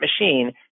machine